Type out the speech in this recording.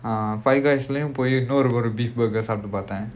ah Five Guys lah beef burger சாப்பிட்டு பார்த்தேன்:saappittu paarthaen